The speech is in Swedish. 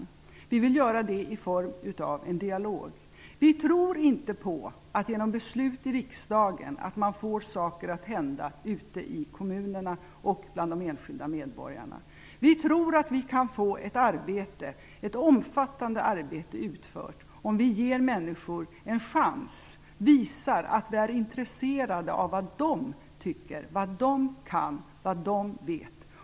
Vi vill göra det i form av en dialog. Vi tror inte på att man genom beslut i riksdagen får saker att hända ute i kommunerna och bland de enskilda medborgarna. Vi tror att vi kan få ett omfattande arbete utfört om vi ger människor en chans och visar att vi är intresserade av vad de tycker, vad de kan och vad de vet.